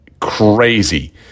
crazy